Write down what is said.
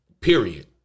period